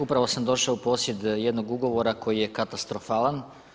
Upravo sam došao u posjed jednog ugovora koji je katastrofalan.